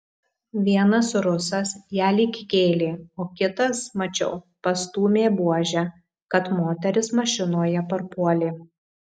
vienas rusas ją lyg kėlė o kitas mačiau pastūmė buože kad moteris mašinoje parpuolė